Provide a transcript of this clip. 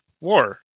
war